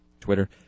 Twitter